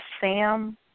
Sam